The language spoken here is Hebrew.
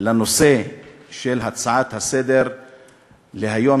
לנושא של ההצעה לסדר-היום,